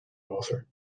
author